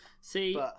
See